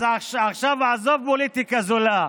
אז עכשיו עזוב פוליטיקה זולה.